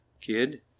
Kid